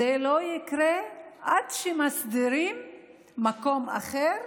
זה לא יקרה עד שמסדירים מקום אחר.